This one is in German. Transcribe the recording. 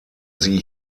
sie